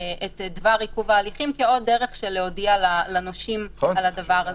את דבר עיכוב ההליכים כעוד דרך להודיע לנושים על הדבר הזה.